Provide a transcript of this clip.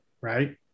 right